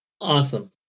Awesome